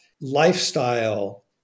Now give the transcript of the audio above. lifestyle